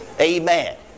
Amen